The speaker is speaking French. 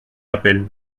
appelle